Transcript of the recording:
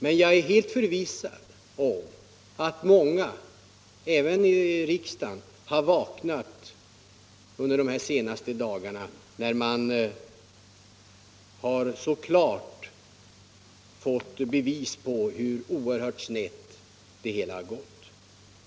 Men jag är helt förvissad om att många människor — även här i riksdagen —- under de senaste dagarna har nödgats tänka om sedan vi fått klara bevis hur snett det hela har gått.